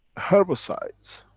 herbicides,